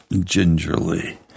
gingerly